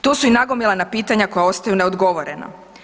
Tu su i nagomilana pitanja koja ostaju neodgovorena.